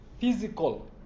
Physical